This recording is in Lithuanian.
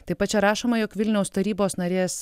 taip pat čia rašoma jog vilniaus tarybos narės